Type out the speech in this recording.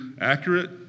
accurate